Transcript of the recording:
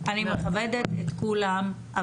אני מכבדת את כולם,